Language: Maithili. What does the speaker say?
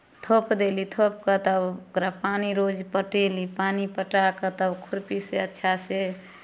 थोप देली थोपि कऽ तब ओकरा पानि रोज पटेली पानि पटा कऽ तब खुरपीसँ अच्छासँ